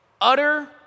utter